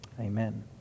Amen